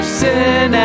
sin